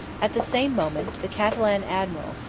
at the same moment, the catalan admiral,